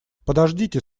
подождите